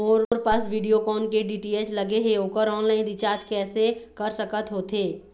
मोर पास वीडियोकॉन के डी.टी.एच लगे हे, ओकर ऑनलाइन रिचार्ज कैसे कर सकत होथे?